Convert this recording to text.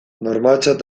normaltzat